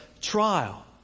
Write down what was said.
trial